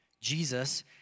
Jesus